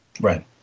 Right